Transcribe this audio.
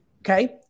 Okay